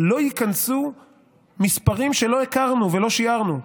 שלא ייכנסו מספרים שלא הכרנו ולא שיערנו.